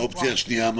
ומה האופציה השנייה?